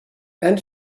and